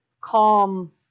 calm